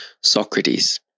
Socrates